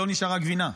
לא נשארה גבינה,